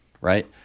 Right